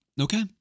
Okay